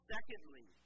Secondly